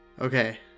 Okay